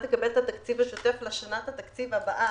לקבל את התקציב השוטף לשנת התקציב הבאה.